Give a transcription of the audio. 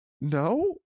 No